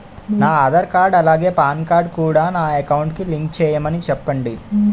నా ఆధార్ కార్డ్ అలాగే PAN card కూడా నా అకౌంట్ కి లింక్ చేయమని చెప్పండి